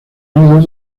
unidos